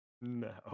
No